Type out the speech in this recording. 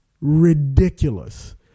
ridiculous